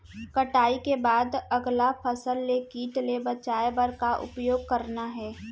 कटाई के बाद अगला फसल ले किट ले बचाए बर का उपाय करना हे?